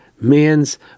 man's